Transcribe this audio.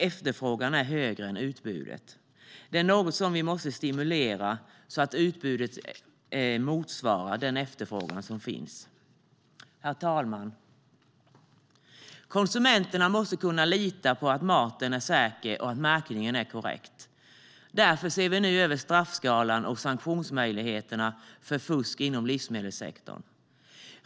Efterfrågan är högre än utbudet. Det är något som vi måste stimulera så att utbudet motsvarar den efterfrågan som finns. Herr talman! Konsumenterna måste kunna lita på att maten är säker och att märkningen är korrekt. Därför ser vi nu över straffskalan och sanktionsmöjligheterna för fusk inom livsmedelssektorn.